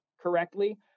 correctly